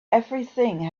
everything